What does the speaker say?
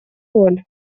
роль